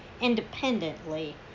independently